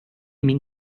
min